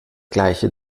gleiche